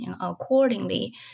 accordingly